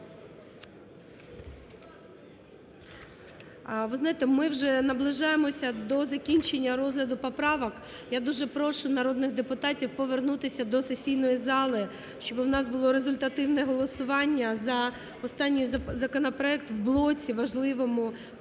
Ви знаєте, ми вже наближаємося до закінчення розгляду поправок. Я дуже прошу народних депутатів повернутися до сесійної зали, щоби в нас було результативне голосування за останній законопроект в блоці важливому по